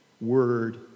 word